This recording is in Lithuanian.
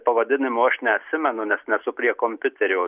pavadinimo aš neatsimenu nes nesu prie kompiuterio